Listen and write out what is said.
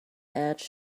edge